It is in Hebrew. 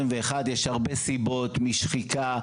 יש הרבה סיבות משחיקה,